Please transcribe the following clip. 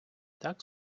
так